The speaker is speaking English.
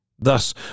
Thus